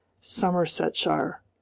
Somersetshire